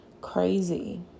crazy